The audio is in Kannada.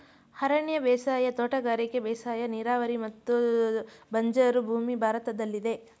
ಅರಣ್ಯ ಬೇಸಾಯ, ತೋಟಗಾರಿಕೆ ಬೇಸಾಯ, ನೀರಾವರಿ ಮತ್ತು ಬಂಜರು ಭೂಮಿ ಭಾರತದಲ್ಲಿದೆ